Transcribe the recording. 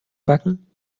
packen